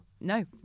No